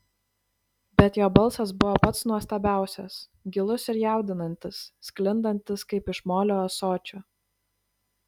bet jo balsas buvo pats nuostabiausiais gilus ir jaudinantis sklindantis kaip iš molio ąsočio